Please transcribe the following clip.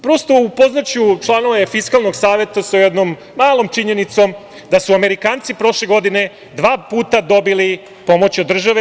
Prosto upoznaću članove Fiskalnog saveta sa jednom malom činjenicom da su Amerikanci prošle godine dva puta dobili pomoć od države.